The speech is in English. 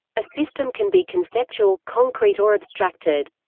a system can be conceptual, concrete or abstracted.